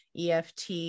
EFT